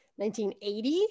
1980